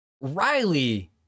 Riley